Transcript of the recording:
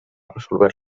resolver